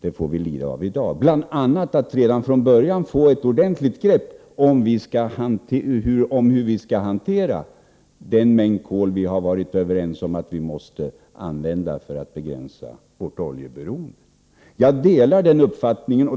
Det får vi lida av nu, bl.a. att ni inte från början tog ett ordentligt grepp om hur man skall hantera den mängd kol vi har varit överens om att använda för att begränsa Sveriges oljeberoende.